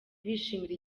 bishimira